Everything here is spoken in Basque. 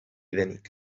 denik